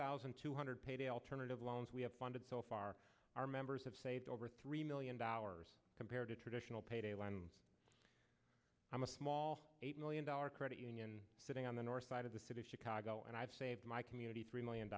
thousand two hundred payday alternative loans we have funded so far our members have saved over three million dollars compared to traditional payday loan i'm a small eight million dollar credit union sitting on the north side of the city of chicago and i've saved my community three million